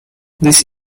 this